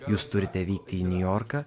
jūs turite vykti į niujorką